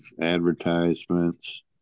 advertisements